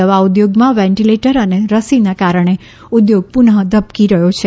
દવા ઉદ્યોગમાં વેન્ટિલેટર અને રસીના કારણે ઉદ્યોગ પુનઃ ધબકી રહ્યો છે